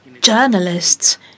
journalists